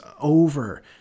over